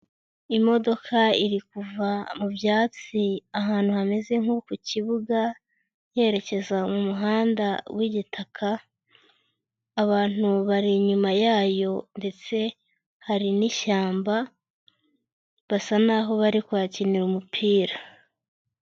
Imodoka iri kuva mu byatsi ahantu hameze nko ku kibuga, yerekeza mu muhanda w'igitaka, abantu bari inyuma yayo ndetse hari n'ishyamba, basa n'aho bari kuhakinira umupira.